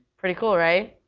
pretty cool, right?